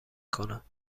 کنم